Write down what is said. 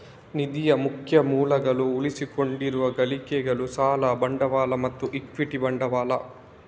ನಿಧಿಯ ಮುಖ್ಯ ಮೂಲಗಳು ಉಳಿಸಿಕೊಂಡಿರುವ ಗಳಿಕೆಗಳು, ಸಾಲ ಬಂಡವಾಳ ಮತ್ತು ಇಕ್ವಿಟಿ ಬಂಡವಾಳ